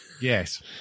yes